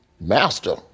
Master